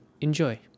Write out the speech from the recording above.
Enjoy